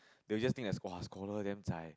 they just think as !wah! scholar damn zai